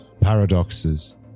paradoxes